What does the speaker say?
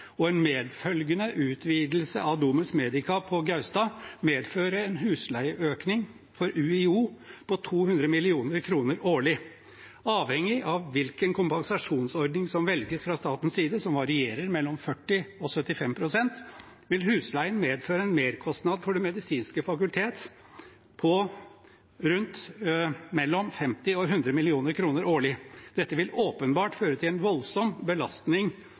og en medfølgende utvidelse av Domus Medica på Gaustad medføre en husleieøkning for UiO på 200 mill. kr årlig. Avhengig av hvilken kompensasjonsordning som velges fra statens side – som varierer mellom 40 pst. og 75 pst. – vil husleien medføre en merkostnad for Det medisinske fakultet på mellom 50 mill. kr og 100 mill. kr årlig. Dette vil åpenbart føre til en voldsom belastning